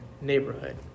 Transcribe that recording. neighborhood